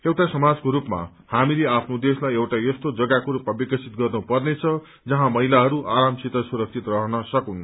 एउटा समाजको स्लपमा हामी आफ्नो देशलाई एउटा यस्तो जम्माको स्लपमा विकसित गर्नु पर्नेछ जहाँ माहिलाहरू आरामसित सुरक्षित रहन सकून्